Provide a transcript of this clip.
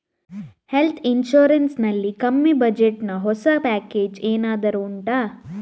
health insurance ನಲ್ಲಿ ಕಮ್ಮಿ budget ನ ಹೊಸ ಪ್ಯಾಕೇಜ್ ಏನಾದರೂ ಉಂಟಾ